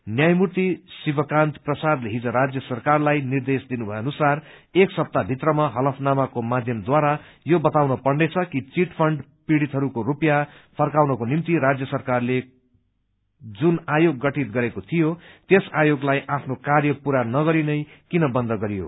न्यायमूति शिवकान्त प्रसादले हिज राज्य सरकारलाई निर्देश दिनुभएअनुसार एक सप्ताह भित्रमा हलफनामाको माध्यमद्वारा यो बताउनु पर्नेछ कि चिटफण्ड पीड़ितहरूको रूपियाँ फर्मबाउनको निम्ति राज्स सरकारले जु आयोग गठित गरेको थियो त्यस आयोगलाई आफ्नो र्काय पूरा नगरी नै किन बन्द गरियो